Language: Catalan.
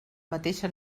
mateixa